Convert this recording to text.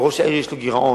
לראש העיר יש גירעון,